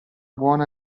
buona